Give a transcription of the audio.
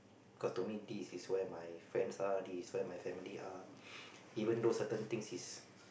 cause to me this is where my friends are this is where my family are even though certain things is